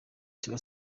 tiwa